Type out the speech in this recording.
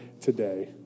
today